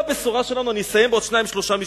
אני אסיים בעוד שניים-שלושה משפטים.